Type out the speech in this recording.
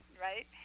right